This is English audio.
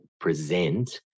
present